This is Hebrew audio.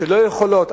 שלא יכולות,